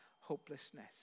hopelessness